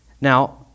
Now